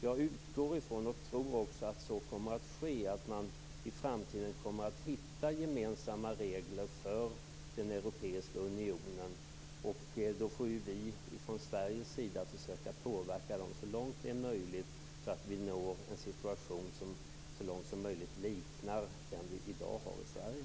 Jag utgår från, och tror också, att att man i framtiden kommer att hitta gemensamma regler för den europeiska unionen. Då får vi från Sveriges sida försöka påverka det så långt det är möjligt så att vi når en situation som så långt som möjligt liknar den vi i dag har i Sverige.